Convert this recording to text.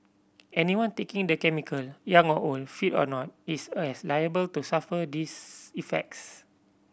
anyone taking the chemical young or old fit or not is as liable to suffer these effects